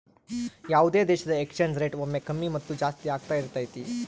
ಯಾವುದೇ ದೇಶದ exchange rate ಒಮ್ಮೆ ಕಮ್ಮಿ ಮತ್ತು ಜಾಸ್ತಿ ಆಗ್ತಾ ಇರತೈತಿ